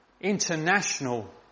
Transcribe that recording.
international